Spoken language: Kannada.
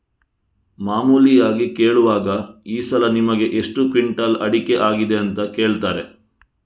ಮಾಮೂಲಿಯಾಗಿ ಕೇಳುವಾಗ ಈ ಸಲ ನಿಮಿಗೆ ಎಷ್ಟು ಕ್ವಿಂಟಾಲ್ ಅಡಿಕೆ ಆಗಿದೆ ಅಂತ ಕೇಳ್ತಾರೆ